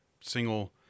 single